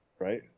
right